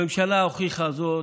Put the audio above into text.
הממשלה הוכיחה זאת,